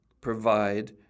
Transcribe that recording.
provide